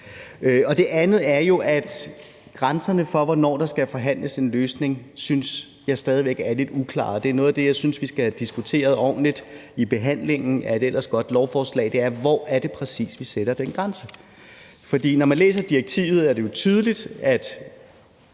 Det andet er jo, at grænserne for, hvornår der skal forhandles en løsning, stadig væk er lidt uklare, synes jeg. Noget af det, som jeg synes vi skal have diskuteret ordentligt i behandlingen af et ellers godt lovforslag, er: Hvor er det præcis, vi sætter den grænse? For når vi læser direktivet, er det jo tydeligt, at